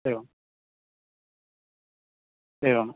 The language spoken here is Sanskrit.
एवम् एवम्